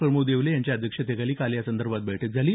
प्रमोद येवले यांच्या अध्यक्षतेखाली काल या संदर्भात बैठक झाली